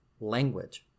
language